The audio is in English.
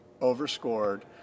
overscored